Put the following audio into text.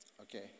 okay